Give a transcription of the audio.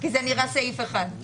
זה נראה סעיף אחד.